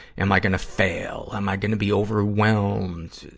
am i gonna fail? am i gonna be overwhelmed?